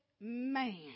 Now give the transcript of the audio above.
man